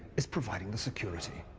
is providing the security.